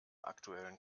aktuellen